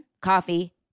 coffee